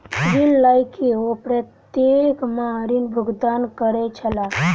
ऋण लय के ओ प्रत्येक माह ऋण भुगतान करै छलाह